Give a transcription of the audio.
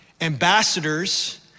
ambassadors